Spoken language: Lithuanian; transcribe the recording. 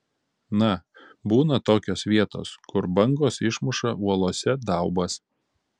na būna tokios vietos kur bangos išmuša uolose daubas